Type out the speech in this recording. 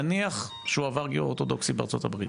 נניח שהוא עבר גיור אורתודוקסי בארצות הברית,